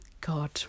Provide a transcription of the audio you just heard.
God